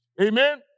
amen